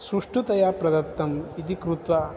सुष्ठुतया प्रदत्तम् इति कृत्वा